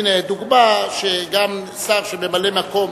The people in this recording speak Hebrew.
הנה דוגמה שגם שר שממלא-מקום,